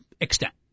extent